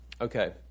Okay